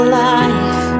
life